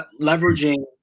leveraging